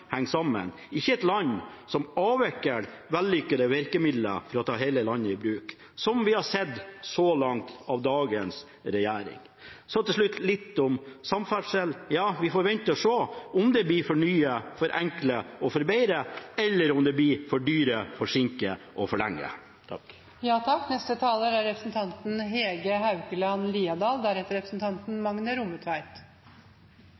henger sammen, ikke et land som avvikler vellykkede virkemidler for å ta hele landet i bruk, som vi så langt har sett av dagens regjering. Til slutt litt om samferdsel: Vi får vente og se om det blir fornye, forenkle og forbedre, eller om det blir fordyre, forsinke og forlenge. Det har vært bred tverrpolitisk enighet om å satse på kunst og kultur for hele landet. Å bygge kulturhus, støtte arrangører og festivaler har vært viktig for